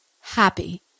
happy